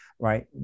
Right